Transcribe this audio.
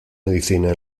medicina